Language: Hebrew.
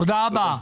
תודה רבה.